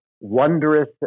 wondrous